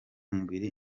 umubiri